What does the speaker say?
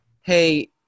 Hey